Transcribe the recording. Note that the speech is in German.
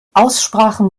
aussprachen